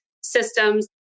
systems